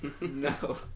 No